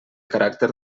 caràcter